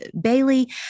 Bailey